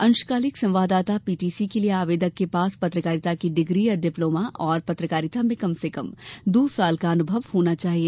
अंशकालिक संवाददाता पीटीसी के लिए आवेदक के पास पत्रकारिता की डिग्री या डिप्लोमा और पत्रकारिता में कम से कम दो वर्ष का अनुभव होना चाहिए